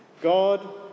God